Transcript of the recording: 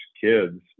kids